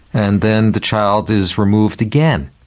and then the child is removed again.